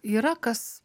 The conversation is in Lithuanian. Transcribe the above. yra kas